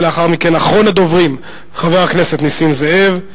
ולאחר מכן, אחרון הדוברים, חבר הכנסת נסים זאב.